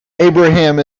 abraham